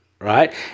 right